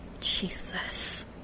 Jesus